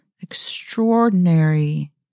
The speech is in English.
Extraordinary